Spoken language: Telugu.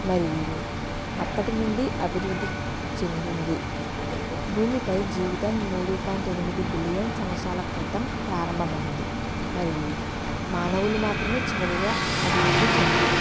మరియు అప్పటి నుండి అభివృద్ధి చెందింది భూమిపై జీవితం మూడు పాయింట్ ఎనిమిది బిలియన్ సంవత్సరాల క్రితం ప్రారంభమైనది మరియు మానవులు మాత్రమే చివరిగా అభివృద్ధి చెందారు